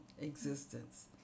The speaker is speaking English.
existence